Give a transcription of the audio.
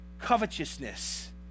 Covetousness